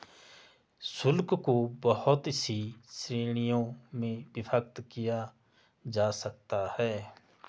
शुल्क को बहुत सी श्रीणियों में विभक्त किया जा सकता है